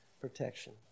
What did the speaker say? protection